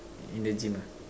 in the gym ah